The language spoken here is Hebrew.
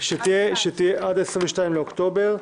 שתהיה עד ה-22 לאוקטובר.